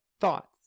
thoughts